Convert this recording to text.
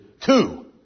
Two